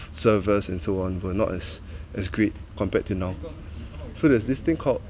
servers and so on but not as as great compared to now so there's this thing called